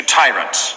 tyrants